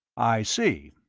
i see.